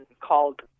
called